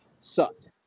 sucked